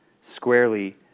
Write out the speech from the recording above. squarely